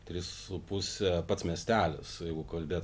trys su puse pats miestelis o jeigu kalbėt